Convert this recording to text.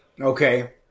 Okay